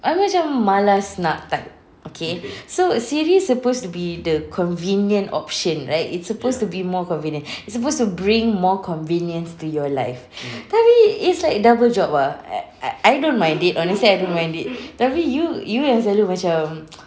I macam malas nak taip okay so SIRI suppose to be the convenient option right it's suppose to be more convenient it's suppose to bring more convenience to your life tapi it's like double job ah I I I don't mind it honestly I don't mind it tapi you you yang selalu macam